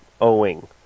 owing